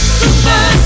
super